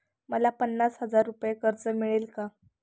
मला पन्नास हजार रुपये कर्ज मिळेल का?